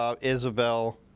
Isabel